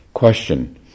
Question